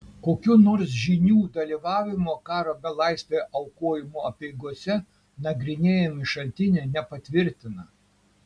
kokių nors žynių dalyvavimo karo belaisvio aukojimo apeigose nagrinėjami šaltiniai nepatvirtina